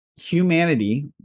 humanity